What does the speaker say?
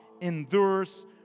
endures